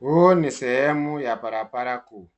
Huu ni sehemu ya barabara kuu.